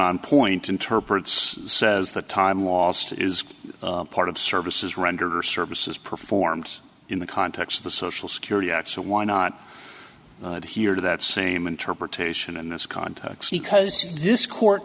on point interprets says the time lost is part of services rendered or services performed in the context of the social security act so why not hear that same interpretation in this context because this court